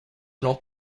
plans